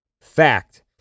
fact